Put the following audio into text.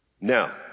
Now